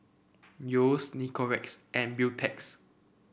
Yeo's and Beautex